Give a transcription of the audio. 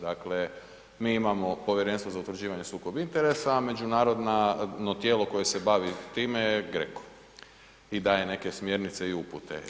Dakle, mi imamo povjerenstvo za utvrđivanje sukoba interesa, a međunarodno tijelo koje se bavi time je GRECO i daje neke smjernice i upute.